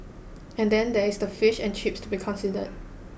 and then there's the fish and chips to be considered